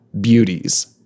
beauties